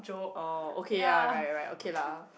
oh okay ya right right okay lah